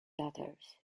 daughters